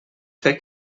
fer